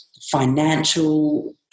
financial